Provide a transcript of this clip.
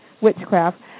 witchcraft